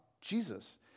Jesus